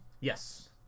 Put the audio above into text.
yes